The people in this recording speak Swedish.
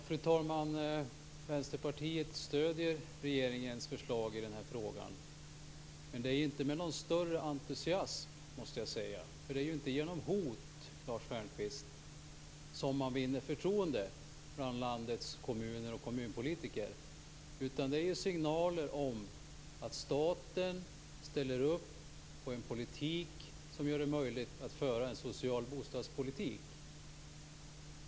Fru talman! Vänsterpartiet stöder regeringens förslag i den här frågan, men det är inte med någon större entusiasm, måste jag säga. Det är ju inte genom hot, Lars Stjernkvist, som man vinner förtroende bland landets kommuner och kommunpolitiker. Det gör man genom signaler om att staten ställer upp på en politik som gör det möjligt att föra en social bostadspolitik.